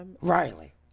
riley